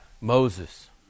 Moses